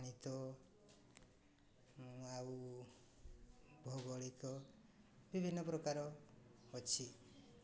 ମିତ ଆଉ ଭୌଗୋଳିକ ବିଭିନ୍ନ ପ୍ରକାର ଅଛି